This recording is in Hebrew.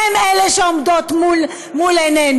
הן אלה שעומדות מול עינינו.